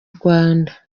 rwanda